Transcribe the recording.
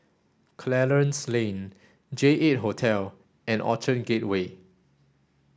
Clarence Lane J eight Hotel and Orchard Gateway